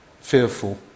fearful